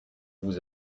vous